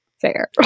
fair